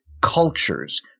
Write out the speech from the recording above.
cultures